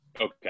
okay